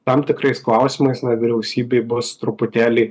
tam tikrais klausimais vyriausybei bus truputėlį